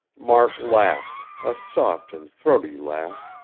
mark laughed, a soft and throaty laugh.